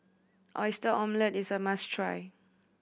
Oyster Omelette is a must try